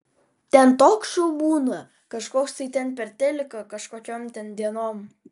ten toks šou būna kažkoks tai ten per teliką kažkokiom ten dienom